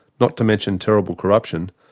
not to mention terrible corruption,